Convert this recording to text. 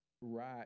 right